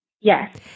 Yes